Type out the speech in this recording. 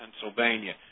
Pennsylvania